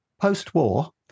Post-war